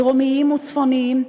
דרומיים וצפוניים,